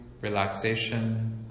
relaxation